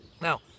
Now